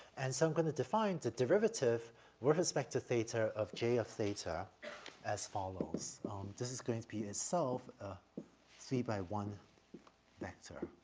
and so i'm gonna define the derivative with respect to theta of j of theta as follows. um, this is going to be itself a three by one vector